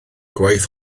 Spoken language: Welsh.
gwaith